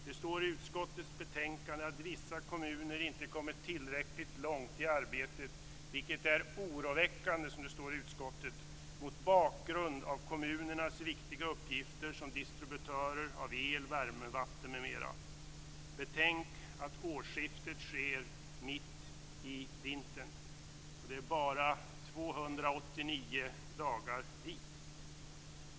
Det står i utskottets betänkande att vissa kommuner inte kommit tillräckligt långt i arbetet, vilket är oroväckande mot bakgrund av kommunernas viktiga uppgifter som distributörer av el, värme, vatten m.m. Betänk att årsskiftet sker mitt i vintern, och det är bara 289 dagar dit!